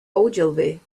ogilvy